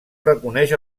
reconeix